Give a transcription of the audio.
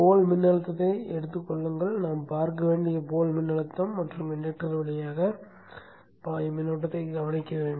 போல் மின்னழுத்தத்தை எடுத்துக் கொள்ளுங்கள் நாம் பார்க்க வேண்டிய போல் மின்னழுத்தம் மற்றும் இன்டக்டர் வழியாக மின்னோட்டத்தை கவனிக்க வேண்டும்